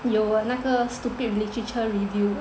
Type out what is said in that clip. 有啊那个 stupid literature review